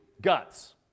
Guts